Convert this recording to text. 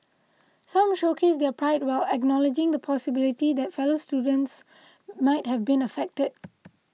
some showcased their pride while acknowledging the possibility that fellow students might have been affected